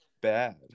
bad